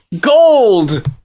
Gold